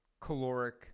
caloric